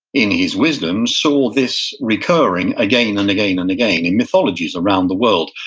in his wisdom, saw this recurring again and again and again in mythologies around the world.